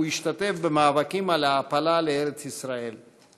השתתף במאבקים על ההעפלה לארץ ישראל.